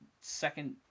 second